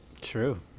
True